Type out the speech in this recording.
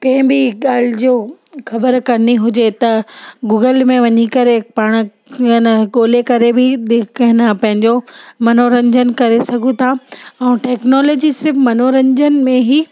कंहिं बि ॻाल्हि जो ख़बर करिणी हुजे त गूगल में वञी करे पाणि इयं ॻोले करे बि ॾि पंहिंजो मनोरंजन करे सघूं था ऐं टेक्नोलेजी सिर्फ़ु मनोरंजन में ई